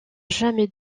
jamais